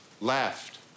left